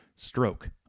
Stroke